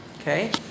Okay